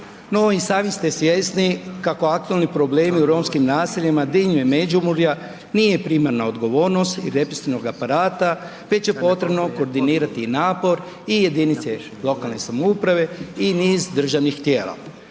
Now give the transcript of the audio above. No, i sami ste svjesni kako aktualni problemi u romskim naseljima diljem Međimurja nije primarna odgovornost i represivnog aparata već je potrebno koordinirati i napor i jedinice lokalne samouprave i niz državnih tijela